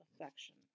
affection